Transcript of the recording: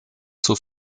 zur